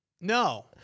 No